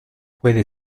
puede